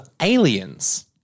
Aliens